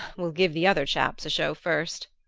we'll give the other chaps a show first.